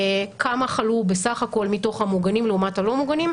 כמה חלו בסך הכול מתוך המוגנים לעומת הלא מוגנים,